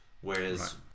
Whereas